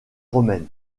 romaine